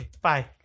bye